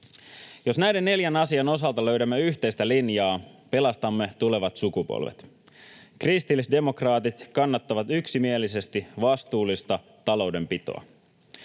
Jos näiden neljän asian osalta löydämme yhteistä linjaa, pelastamme tulevat sukupolvet. Kristillisdemokraatit kannattavat yksimielisesti vastuullista taloudenpitoa.